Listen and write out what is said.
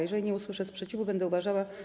Jeżeli nie usłyszę sprzeciwu, będę uważała.